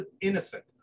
innocent